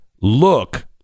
look